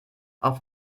auf